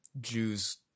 Jews